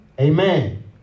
Amen